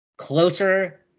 Closer